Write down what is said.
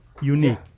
unique